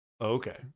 Okay